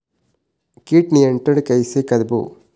कीट नियंत्रण कइसे करबो?